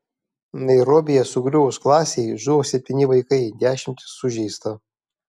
nairobyje sugriuvus klasei žuvo septyni vaikai dešimtys sužeista